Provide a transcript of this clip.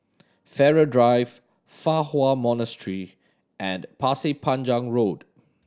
Farrer Drive Fa Hua Monastery and Pasir Panjang Road